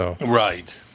Right